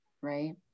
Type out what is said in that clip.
right